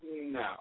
No